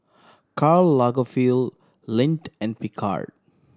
Karl Lagerfeld Lindt and Picard